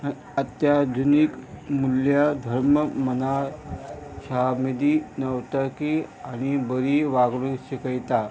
अत्याधुनीक मूल्य धर्म मना शा मेदी नवतकी आनी बरी वागणूक शिकयता